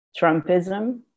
Trumpism